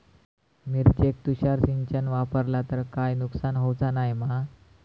मिरचेक तुषार सिंचन वापरला तर काय नुकसान होऊचा नाय मा?